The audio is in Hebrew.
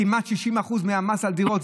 כמעט 60% מהמס על דירות,